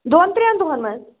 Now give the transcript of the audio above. دۅن ترٛیَن دۅہن منٛز